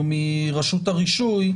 או מרשות הרישוי,